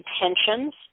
intentions